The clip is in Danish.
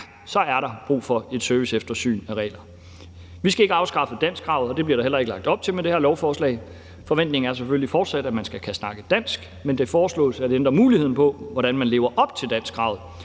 så er der brug for et serviceeftersyn af reglerne. Vi skal ikke afskaffe danskkravet, og det bliver der heller ikke lagt op til med det her lovforslag. Forventningen er selvfølgelig fortsat, at man skal kunne snakke dansk, men det foreslås at ændre muligheden for, hvordan man lever op til danskkravet,